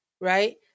right